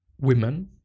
women